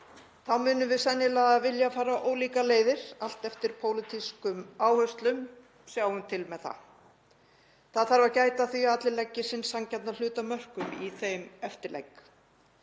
Þá munum við sennilega vilja fara ólíkar leiðir, allt eftir pólitískum áherslum, sjáum til með það. Það þarf að gæta að því að allir leggi sinn sanngjarna hlut af mörkum í þeim eftirleik.